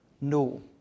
no